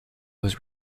was